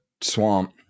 swamp